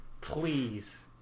Please